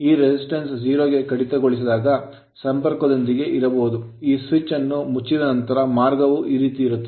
ನಾವು ಈ resistance ಪ್ರತಿರೋಧವನ್ನು 0 ಗೆ ಕಡಿತಗೊಳಿಸಿದಾಗ ಸಂಪರ್ಕದಿಂದಾಗಿ ಇರಬಹುದು ಈ switch ಸ್ವಿಚ್ ಅನ್ನು ಮುಚ್ಚಿದ ನಂತರ ಮಾರ್ಗವು ಈ ರೀತಿ ಇರುತ್ತದೆ